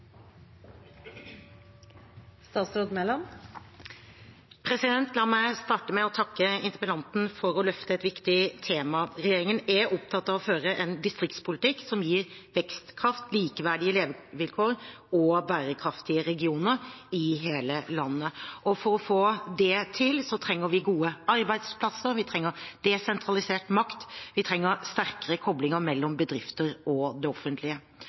La meg starte med å takke interpellanten for å løfte et viktig tema. Regjeringen er opptatt av å føre en distriktspolitikk som gir vekstkraft, likeverdige levekår og bærekraftige regioner i hele landet. For å få det til trenger vi gode arbeidsplasser, vi trenger desentralisert makt, vi trenger sterkere koblinger mellom bedrifter og det offentlige.